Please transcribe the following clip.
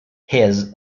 his